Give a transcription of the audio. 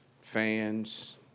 fans